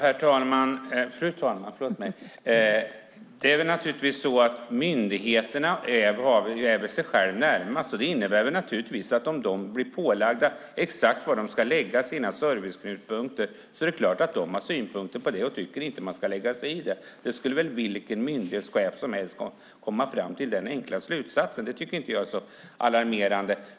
Fru talman! Myndigheterna är naturligtvis sig själva närmast. Om de blir tillsagda exakt var de ska lägga sina serviceknutpunkter är det klart att de har synpunkter och inte vill att man ska lägga sig i det. Det skulle väl vilken myndighetschef som helst komma fram till. Det tycker jag inte är så alarmerande.